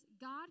God